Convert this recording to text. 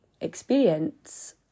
experience